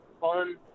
fun